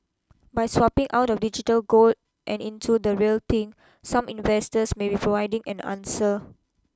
by swapping out of digital gold and into the real thing some investors may be providing an answer